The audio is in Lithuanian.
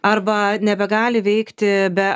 arba nebegali veikti be